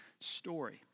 story